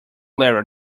lara